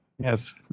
Yes